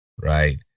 right